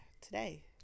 today